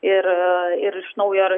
ir ir iš naujo